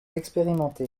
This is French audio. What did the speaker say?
expérimenté